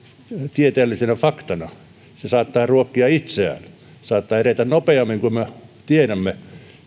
tieteellisenä faktana se saattaa ruokkia itseään saattaa edetä nopeammin kuin me tiedämme